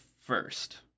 first